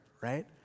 right